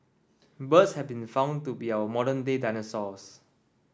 birds have been found to be our modern day dinosaurs